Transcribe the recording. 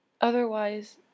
Otherwise